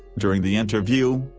during the interview,